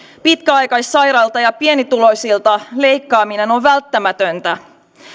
pitkäaikaissairailta ja pienituloisilta leikkaaminen on välttämätöntä